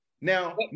Now